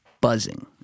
buzzing